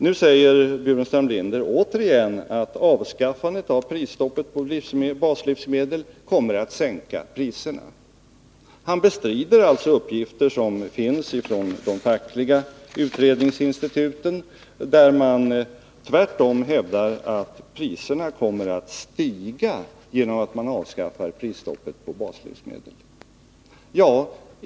Nu säger Staffan Burenstam Linder återigen att avskaffandet av prisstoppet på baslivsmedel kommer att sänka priserna. Han bestrider uppgifter som tagits fram av de fackliga utbildningsinstituten, vilka tvärtom hävdar att priserna kommer att stiga genom att prisstoppet på baslivsmedel avskaffas.